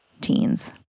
teens